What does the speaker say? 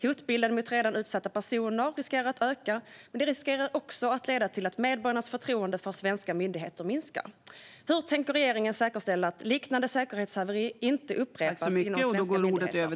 Hotbilden mot redan utsatta personer riskerar att förvärras, men hanteringen riskerar också att leda till att medborgarnas förtroende för svenska myndigheter minskar. Hur tänker regeringen säkerställa att ett liknande säkerhetshaveri inte upprepas inom svenska myndigheter?